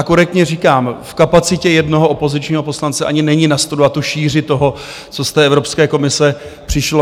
Korektně říkám, že v kapacitě jednoho opozičního poslance ani není nastudovat šíři toho, co z Evropské komise přišlo.